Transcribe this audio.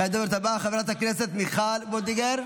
הדוברת הבאה, חברת הכנסת מיכל וולדיגר,